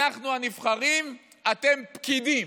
אנחנו הנבחרים, אתם פקידים.